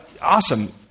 awesome